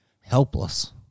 helpless